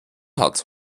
hat